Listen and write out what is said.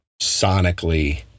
sonically